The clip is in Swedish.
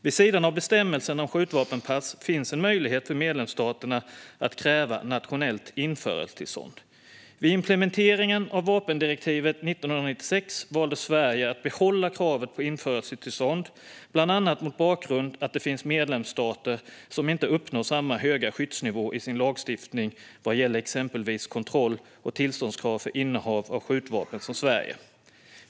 Vid sidan av bestämmelserna om skjutvapenpass finns en möjlighet för medlemsstaterna att kräva nationellt införseltillstånd. Vid implementeringen av vapendirektivet 1996 valde Sverige att behålla kravet på införseltillstånd, bland annat mot bakgrund av att det finns medlemsstater som inte uppnår samma höga skyddsnivå i sin lagstiftning som Sverige vad gäller exempelvis kontroll och tillståndskrav för innehav av skjutvapen.